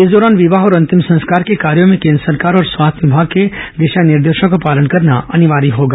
इस दौरान विवाह और अंतिम संस्कार के कार्यों में केन्द्र सरकार और स्वास्थ्य विमाग के दिशा निर्देशों का पालन करना अनिवार्य होगा